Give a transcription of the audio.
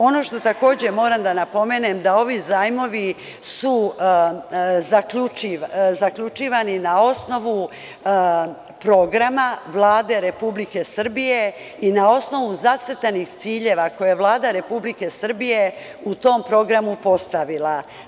Ono što takođe moram da napomenem je da su ovi zajmovi zaključivani na osnovu programa Vlade Republike Srbije i na osnovu zacrtanih ciljeva koje je Vlada Republike Srbije u tom programu postavila.